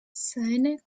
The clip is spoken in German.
seine